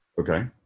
okay